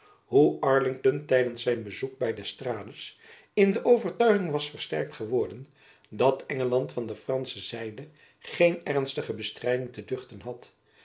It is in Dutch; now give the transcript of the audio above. hoe arlington tijdens zijn bezoek by d'estrades in de overtuiging was versterkt geworden dat engeland van de fransche zijde geen ernstige bestrijding te duchten had